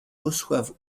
reçoivent